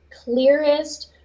clearest